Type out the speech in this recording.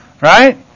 Right